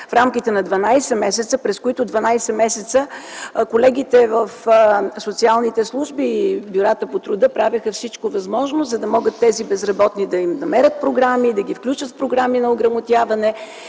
в рамките на 12 месеца, през които колегите в социалните служби и в бюрата по труда правеха всичко възможно, за да могат на тези безработни да им намерят програми, да ги включат в програми на ограмотяване